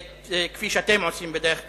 כפי שאתם עושים בדרך כלל.